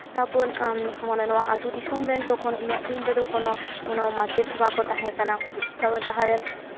ᱛᱟᱨᱯᱚᱨ ᱱᱚᱣᱟ ᱟᱹᱛᱩ ᱫᱤᱥᱚᱢ ᱨᱮᱱ ᱛᱚᱠᱷᱚᱱ ᱩᱱᱟᱹᱜ ᱫᱤᱱ ᱨᱮᱫᱚ ᱠᱳᱱᱳ ᱢᱟᱪᱮᱫ ᱦᱚᱸ ᱵᱟᱠᱚ ᱛᱟᱦᱮᱸ ᱠᱟᱱᱟ ᱛᱟᱨᱯᱚᱨ ᱡᱟᱦᱟᱸᱨᱮᱱ